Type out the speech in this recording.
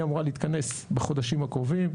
היא אמורה להתכנס בחודשים הקרובים.